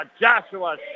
Joshua